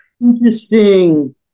interesting